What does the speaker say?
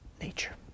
nature